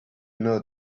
know